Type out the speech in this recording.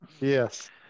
Yes